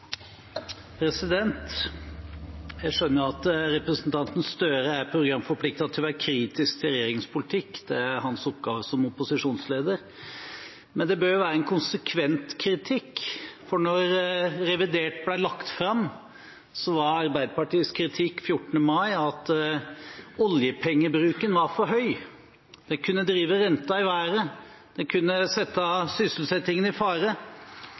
til å være kritisk til regjeringens politikk, det er hans oppgave som opposisjonsleder. Men kritikken bør være konsekvent. Da revidert ble lagt fram, var Arbeiderpartiets kritikk 14. mai at oljepengebruken var for høy, den kunne drive renten i været og sette sysselsettingen i fare.